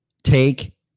Take